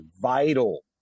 vital